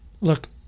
look